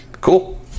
cool